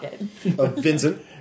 Vincent